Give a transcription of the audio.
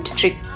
trick